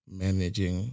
managing